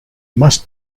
must